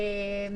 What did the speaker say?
מאה אחוז.